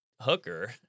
hooker